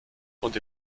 und